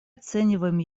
оцениваем